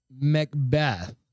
Macbeth